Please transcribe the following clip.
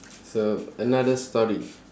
so another story